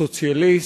סוציאליסט,